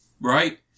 right